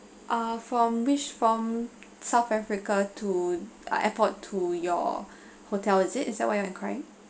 uh from which from south africa to uh airport to your hotel is it is that what you're inquiring